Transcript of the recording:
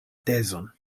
tezon